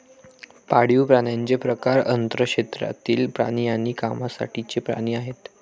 पाळीव प्राण्यांचे प्रकार अन्न, शेतातील प्राणी आणि कामासाठीचे प्राणी आहेत